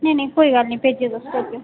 नेईं नेईं कोई गल्ल निं भेज्जो तुस भेज्जो